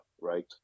right